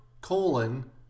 colon